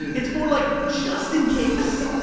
it's more like just in case.